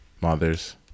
mothers